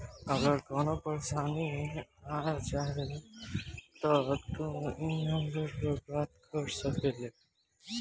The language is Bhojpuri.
अगर कवनो परेशानी आ जाव त तू ई नम्बर पर बात कर सकेल